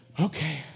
Okay